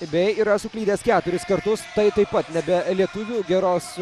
bei yra suklydęs keturis kartus tai taip pat ne be lietuvių geros